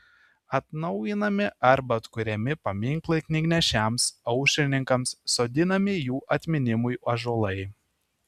atnaujinami arba atkuriami paminklai knygnešiams aušrininkams sodinami jų atminimui ąžuolai